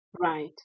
Right